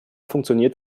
funktioniert